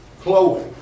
Chloe